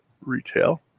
retail